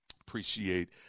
appreciate